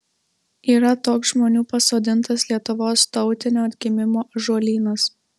yra toks žmonių pasodintas lietuvos tautinio atgimimo ąžuolynas